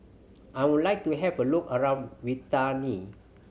I would like to have a look around Vientiane